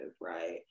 right